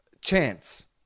Chance